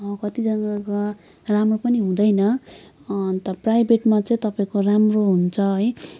कतिजना राम्रो पनि हुँदैन अन्त प्राइभेटमा चाहिँ तपाईँको राम्रो हुन्छ है